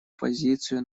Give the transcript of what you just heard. позицию